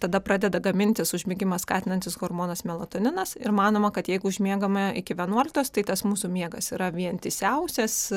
tada pradeda gamintis užmigimą skatinantis hormonas melatoninas ir manoma kad jeigu užmiegame iki vienuoliktos tai tas mūsų miegas yra vientisiausias